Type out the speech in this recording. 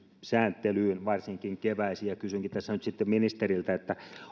sääntelyyn varsinkin keväisin kysynkin tässä nyt sitten ministeriltä